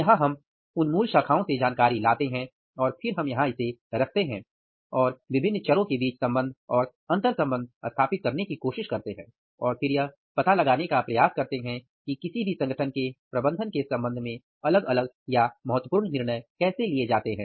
यहां हम उन मूल शाखाओं से जानकारी लाते हैं और फिर हम यहां इसे रखते हैं और विभिन्न चरों के बीच संबंध और अंतर संबंध स्थापित करने की कोशिश करते हैं और फिर यह पता लगाने का प्रयास करते हैं कि किसी भी संगठन के प्रबंधन के संबंध में अलग अलग या महत्वपूर्ण निर्णय कैसे लिए जाते हैं